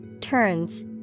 turns